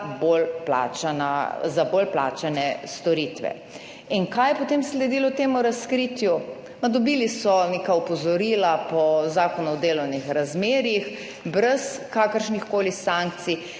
za bolj plačane storitve. In kaj je potem sledilo temu razkritju? Dobili so neka opozorila po Zakonu o delovnih razmerjih brez kakršnihkoli sankcij,